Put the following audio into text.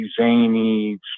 zany